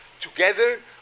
together